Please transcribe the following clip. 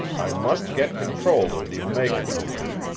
i must get control of the omega company,